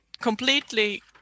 completely